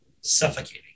suffocating